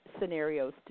scenarios